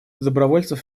добровольцев